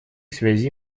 связи